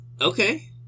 Okay